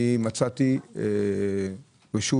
אני מצאתי רשות